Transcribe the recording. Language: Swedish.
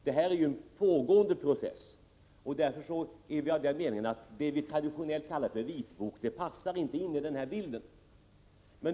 Det rör sig nu om en pågående process, och därför är vi av den meningen att det vi traditionellt kallar för vitbok inte passar in i bilden.